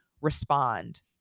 respond